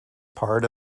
part